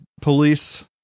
police